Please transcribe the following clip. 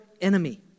enemy